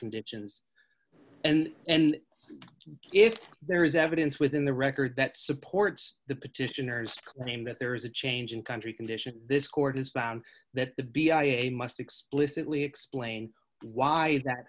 conditions and and if there is evidence within the record that supports the petitioners claim that there is a change in country conditions this court has found that the b i a must explicitly explain why that